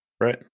Right